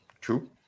True